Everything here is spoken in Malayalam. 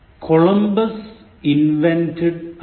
Columbus invented America